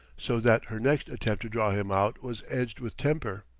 so that her next attempt to draw him out was edged with temper.